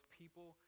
people